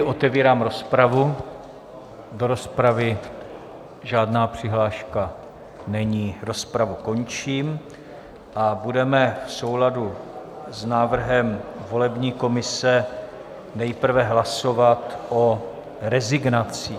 Otevírám rozpravu, do rozpravy žádná přihláška není, rozpravu končím a budeme v souladu s návrhem volební komise nejprve hlasovat o rezignacích.